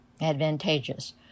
advantageous